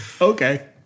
Okay